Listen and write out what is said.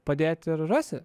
padėti ir rasi